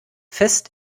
fest